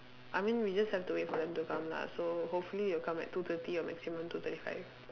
I mean we just have to wait for them to come lah so hopefully they'll come at two thirty or maximum two thirty five